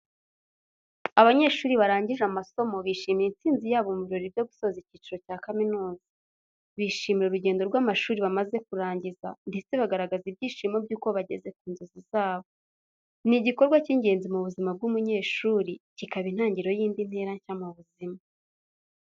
Abanyeshuri barangije amasomo bishimira intsinzi yabo mu birori byo gusoza icyiciro cya kaminuza. Bishimira urugendo rw’amashuri bamaze kurangiza, ndetse bagaragaza ibyishimo by’uko bageze ku nzozi zabo. Ni igikorwa cy’ingenzi mu buzima bw’umunyeshuri, kikaba intangiriro y’indi ntera nshya mu buzima.